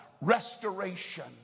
restoration